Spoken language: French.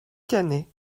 cannet